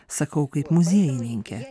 sakau kaip muziejininkė